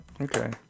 Okay